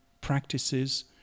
practices